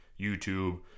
YouTube